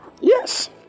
Yes